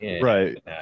Right